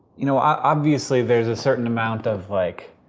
you know, obviously there's a certain amount of like.